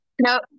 No